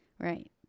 Right